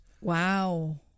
wow